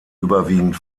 überwiegend